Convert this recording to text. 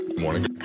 morning